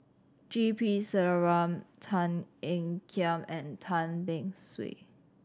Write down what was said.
G P Selvam Tan Ean Kiam and Tan Beng Swee